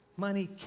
Money